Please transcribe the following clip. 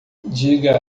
diga